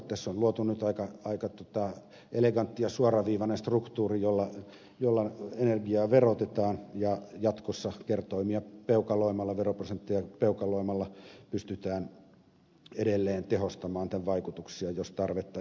tässä on luotu aika elegantti ja suoraviivainen struktuuri jolla energiaa verotetaan ja jatkossa kertoimia veroprosentteja peukaloimalla pystytään edelleen tehostamaan tämän vaikutuksia jos tarvetta ilmenee